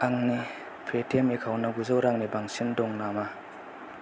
आंनि पेटिएम एकाउन्टाव गुजौ रांनि बांसिन दं नामा